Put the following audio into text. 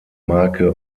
marke